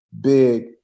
big